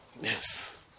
Yes